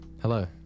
Hello